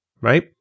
right